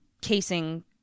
casing